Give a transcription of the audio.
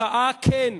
מחאה כן,